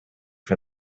for